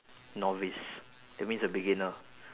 novice that means a beginner